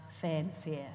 fanfare